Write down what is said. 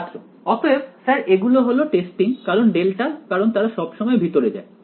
ছাত্র অতএব স্যার এগুলো হলো টেস্টিং কারণ ডেল্টা কারণ তারা সব সময় ভিতরে যায়